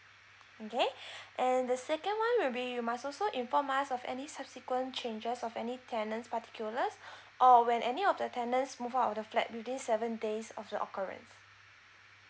okay and the second one will be you must also inform us of any subsequent changes of any tenant's particulars or when any of the tenants move out of the flat within seven days of the occurrence